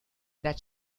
that